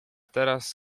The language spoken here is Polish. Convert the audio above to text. teraz